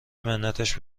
منتش